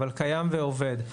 אבל קיים ועובד,